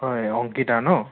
হয় অংকিতা ন